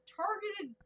targeted